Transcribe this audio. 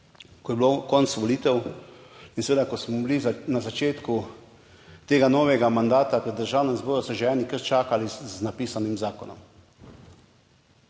ko je bilo konec volitev in seveda, ko smo bili na začetku tega novega mandata v Državnem zboru, so že eni kar čakali z napisanim zakonom.